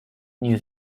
new